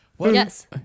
Yes